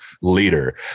leader